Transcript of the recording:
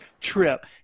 trip